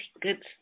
good